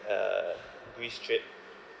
uh greece trip